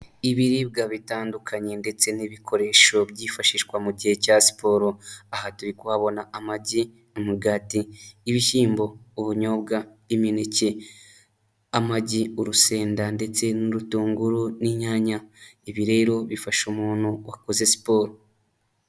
Ibiribwa bitandukanye ndetse n'ibikoresho byifashishwa mu gihe cya siporo, aha turi kuhabona amagi, umugati, ibishyimbo, ubunyobwa, imineke, amagi, urusenda ndetse n'urutunguru n'inyanya, ibi rero bifasha umuntu wakoze siporo.